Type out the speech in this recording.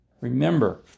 Remember